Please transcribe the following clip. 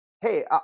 Hey